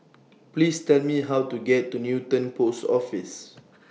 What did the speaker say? Please Tell Me How to get to Newton Post Office